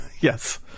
Yes